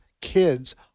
kids